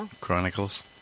Chronicles